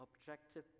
objective